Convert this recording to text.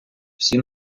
всі